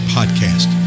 Podcast